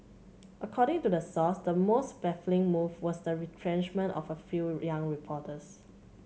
according to the source the most baffling move was the retrenchment of a few young reporters